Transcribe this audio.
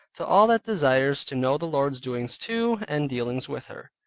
to all that desires to know the lord's doings to, and dealings with her.